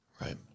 Right